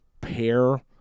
pair